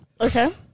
Okay